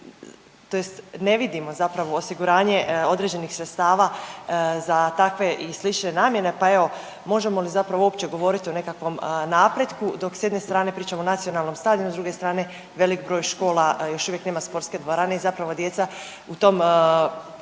da tj. ne vidimo zapravo osiguranje određenih sredstava za takve i slične namjene. Pa evo, možemo li zapravo uopće govoriti o nekakvom napretku dok s jedne strane pričamo o nacionalnom stadionu, s druge strane velik broj škola još uvijek nema sportske dvorane i zapravo djeca u tom ključnom